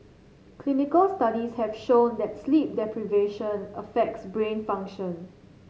clinical studies have shown that sleep deprivation affects brain function